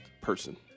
person